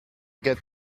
get